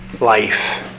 life